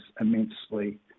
immensely